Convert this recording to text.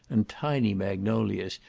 and tiny magnolias,